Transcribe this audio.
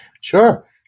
Sure